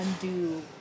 undo